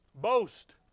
Boast